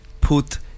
put